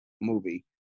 movie